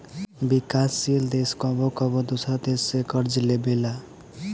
विकासशील देश कबो कबो दोसरा देश से कर्ज लेबेला